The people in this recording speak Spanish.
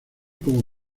como